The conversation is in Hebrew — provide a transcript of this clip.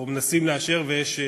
או שמנסים לאשר ויש ערעורים,